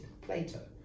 Plato